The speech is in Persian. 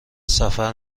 سفر